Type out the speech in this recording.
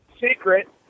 secret